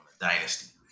dynasty